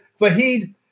Fahid